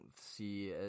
see